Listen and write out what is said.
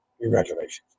Congratulations